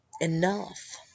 enough